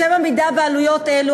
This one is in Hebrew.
לשם עמידה בעלויות אלו,